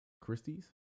Christie's